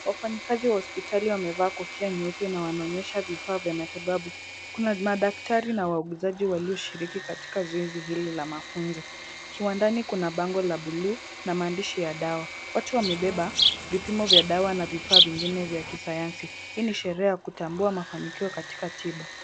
Wafanyikazi wa hospitali wamevaa kofia nyeupe na wanaonyesha vifaa vya matibabu. Kuna madaktari na wauguzi walioshiriki zoezi hili la mafunzo. Kiwandani kuna bango la bluu na maandishi ya dawa. Watu wamebeba vipimo vya dawa na vifaa vingine vya kisayansi. Hii ni sherehe ya kutambua mafanikio katika tiba.